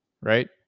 right